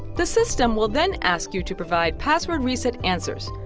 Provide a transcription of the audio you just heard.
the system will then ask you to provide password reset answers.